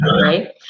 right